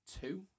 two